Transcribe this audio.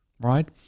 right